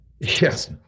Yes